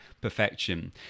perfection